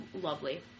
lovely